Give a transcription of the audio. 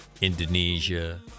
Indonesia